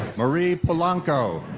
marie pulanco.